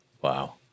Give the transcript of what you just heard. Wow